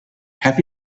have